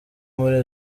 muri